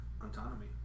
autonomy